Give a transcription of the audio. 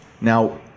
Now